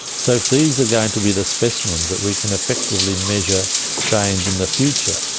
so these are going to be the specimens that we can effectively measure change in the future.